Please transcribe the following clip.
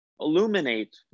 illuminate